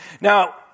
Now